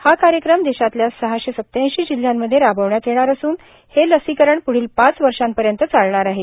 हा कार्यक्रम देशातल्या सहाशे सत्याऐंशी जिल्ह्यांमध्ये राबवण्यात येणार असून हे लसीकरण प्ढील पाच वर्षापर्यंत चालणार आहे